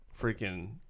freaking